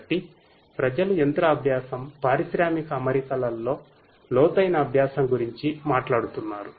కాబట్టి ప్రజలు యంత్ర అభ్యాసం పారిశ్రామిక అమరికలలో లోతైన అభ్యాసం గురించి మాట్లాడుతున్నారు